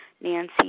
Nancy